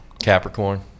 capricorn